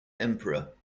emperor